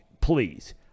please